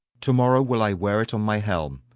to-morrow will i wear it on my helm,